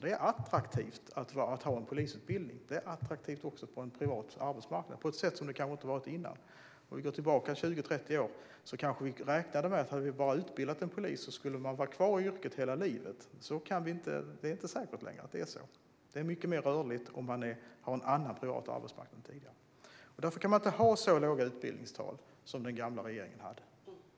Det är attraktivt också på en privat arbetsmarknad att ha en polisutbildning, på ett sätt som det kanske inte har varit tidigare. Vi kan gå tillbaka 20-30 år, då vi kanske räknade med att om vi bara utbildade en polis skulle denna vara kvar i yrket hela livet. Det är inte längre säkert att det är så. Det är mycket mer rörligt, och vi har en annan privat arbetsmarknad än tidigare. Därför kan man inte ha så låga utbildningstal som den gamla regeringen hade.